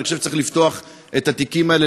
אני חושב שצריך לפתוח את התיקים האלה,